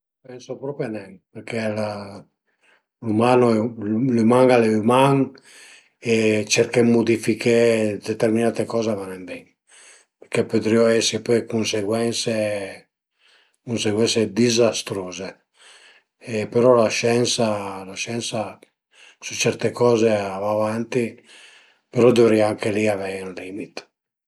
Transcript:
Pensu propi nen perché la l'umano l'üman al e üman e cerché dë mudifiché determinate coze a va nen bin, che pudrìu esi pöi dë cunseguense, cunseguense dizastruze e però la scensa la scensa sü certe coze a va avanti, però a dëvrìa anche li avei ün limit